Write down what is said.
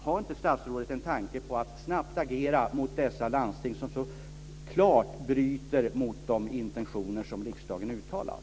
Har inte statsrådet någon tanke på att snabbt agera mot dessa landsting som så klart bryter mot de intentioner som riksdagen uttalat?